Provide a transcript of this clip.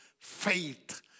faith